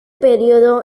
período